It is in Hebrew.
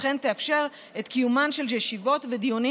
וכן יתאפשר קיומם של ישיבות ודיונים